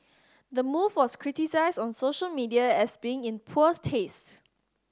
the move was criticised on social media as being in poor tastes